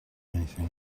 anything